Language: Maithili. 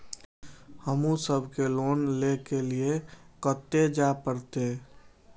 हमू सब के लोन ले के लीऐ कते जा परतें?